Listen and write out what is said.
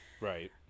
Right